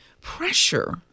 pressure